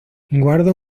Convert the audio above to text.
guardo